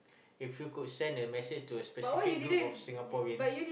if you could send a message to a specific group of Singaporeans